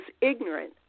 ignorant